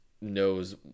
knows